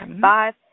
five